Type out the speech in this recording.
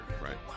Right